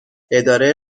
اداره